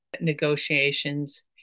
negotiations